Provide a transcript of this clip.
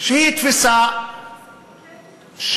שהיא תפיסה של